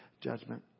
judgment